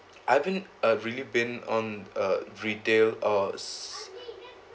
I've been uh really been on a retail uh